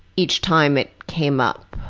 each time it came up.